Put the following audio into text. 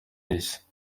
isi